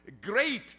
great